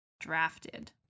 drafted